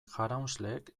jaraunsleek